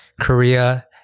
Korea